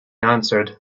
answered